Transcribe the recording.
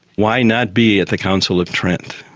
why not be at the council of trent,